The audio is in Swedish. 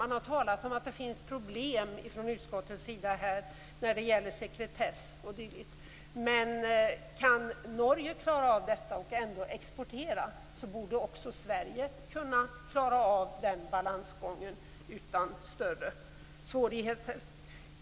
Man har från utskottets sida talat om att det finns problem när det gäller sekretess o.d. Men kan Norge klara av detta och ändå exportera borde också Sverige kunna klara av den balansgången utan större svårigheter.